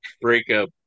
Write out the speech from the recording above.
breakup